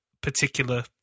particular